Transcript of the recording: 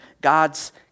God's